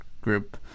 group